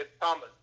Thomas